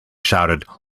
shouted